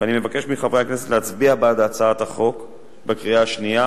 ואני מבקש מחברי הכנסת להצביע בעדה בקריאה השנייה